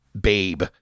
babe